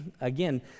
again